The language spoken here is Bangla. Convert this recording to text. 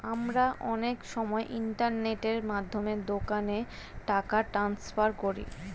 আমরা অনেক সময় ইন্টারনেটের মাধ্যমে দোকানে টাকা ট্রান্সফার করি